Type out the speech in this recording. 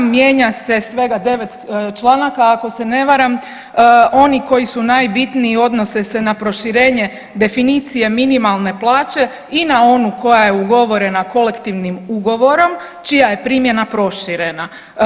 Mijenja se svega devet članaka ako se ne varam, oni koji su najbitniji odnose se na proširenje definicije minimalne plaće i na onu koja je ugovorena kolektivnim ugovorom čija je primjena proširena.